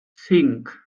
cinc